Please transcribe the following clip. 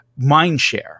Mindshare